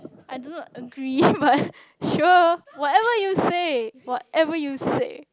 I do not agree but sure whatever you say whatever you say